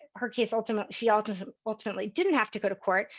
her case ultimately she ultimately ultimately didn't have to go to court,